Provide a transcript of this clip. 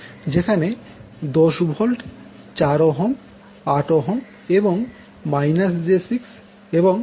যেখানে 10 V 4Ω 8Ω এবং j6 এবং j 5 যুক্ত রয়েছে